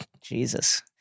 Jesus